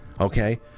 okay